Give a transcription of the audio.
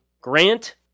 Grant